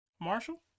Marshall